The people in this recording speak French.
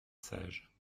sage